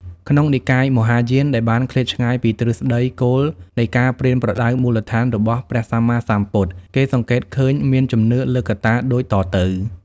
ក្នុងនិកាយមហាយាន ដែលបានឃ្លាតឆ្ងាយពីទ្រឹស្ដីគោលនៃការប្រៀនប្រដៅមូលដ្ឋានរបស់ព្រះសម្មាសម្ពុទ្ធ គេសង្កេតឃើញមានជំនឿលើកត្តាដូចតទៅ៖